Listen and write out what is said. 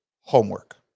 homework